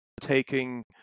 taking